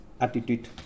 attitude